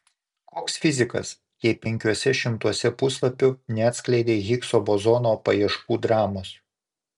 koks fizikas jei penkiuose šimtuose puslapių neatskleidei higso bozono paieškų dramos